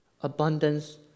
abundance